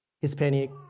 Hispanic